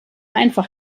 einfach